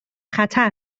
خطر